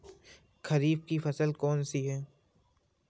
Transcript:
खरीफ की फसल कौन सी है?